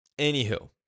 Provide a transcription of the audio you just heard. anywho